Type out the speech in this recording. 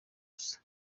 busa